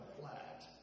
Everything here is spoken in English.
flat